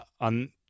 on